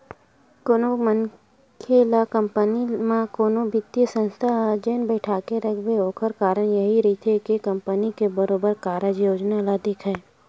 कोनो मनखे ल कंपनी म कोनो बित्तीय संस्था ह जेन बइठाके रखथे ओखर कारन यहीं रहिथे के कंपनी के बरोबर कारज योजना ल देखय